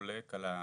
חולק על הבעייתיות,